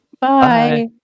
Bye